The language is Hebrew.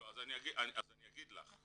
אז אני אגיד לך,